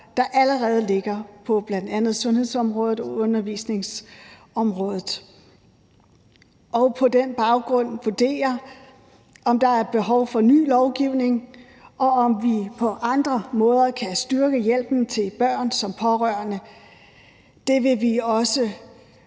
der allerede ligger på bl.a. sundhedsområdet og undervisningsområdet, og på den baggrund vurdere, om der er behov for ny lovgivning, og om vi på andre måder kan styrke hjælpen til børn som pårørende. Det vil også